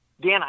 Dan